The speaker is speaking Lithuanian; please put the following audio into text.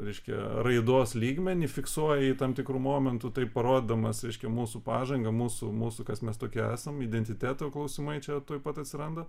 reiškia raidos lygmenį fiksuoji tam tikru momentu taip parodomas reiškia mūsų pažangą mūsų mūsų kas mes tokie esam identiteto klausimai čia tuoj pat atsiranda